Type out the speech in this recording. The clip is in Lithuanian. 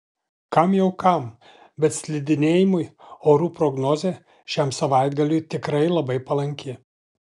kam jau kam bet slidinėjimui orų prognozė šiam savaitgaliui tikrai labai palanki